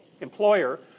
employer